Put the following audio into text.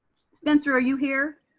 spencer are you here?